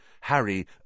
Harry